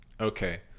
Okay